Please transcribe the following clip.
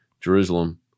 Jerusalem